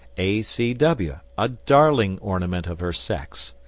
a. c. w, a daring ornament of her sex.